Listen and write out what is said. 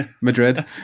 Madrid